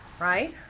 Right